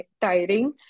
tiring